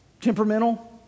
Temperamental